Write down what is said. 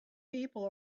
people